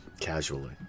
casually